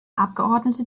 abgeordnete